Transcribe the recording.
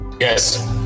Yes